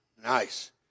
nice